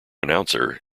announcer